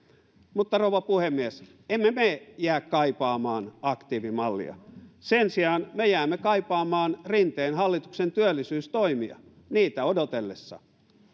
mutta rouva puhemies emme me jää kaipaamaan aktiivimallia sen sijaan me jäämme kaipaamaan rinteen hallituksen työllisyystoimia niitä odotellessa